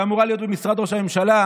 שאמורה להיות במשרד ראש הממשלה,